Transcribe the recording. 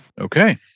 Okay